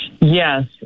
Yes